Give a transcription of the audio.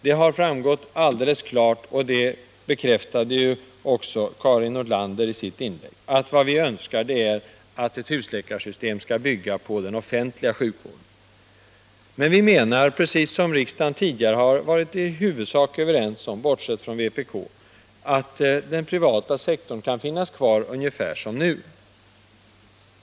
Det har framgått alldeles klart — det bekräftades också av Karin Nordlanders inlägg — att vad vi önskar är ett husläkarsystem som bygger på den offentliga sjukvården. Vi menar, precis som riksdagen med undantag av vpkledamöterna i huvudsak har varit överens om, att den privata sektorn kan finnas kvar ungefär som nu.